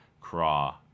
Craw